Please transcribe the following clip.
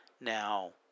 Now